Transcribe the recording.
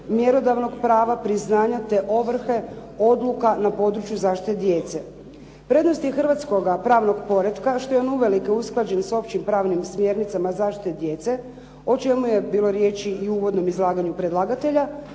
mjerodavnog prava priznanja, te ovrhe, odluka na području zaštite djece. Prednost je hrvatskoga pravnog poretka što je on uvelike usklađen sa općim pravnim smjernicama zašite djece o čemu je bilo riječi i u uvodnom izlaganju predlagatelja,